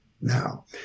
now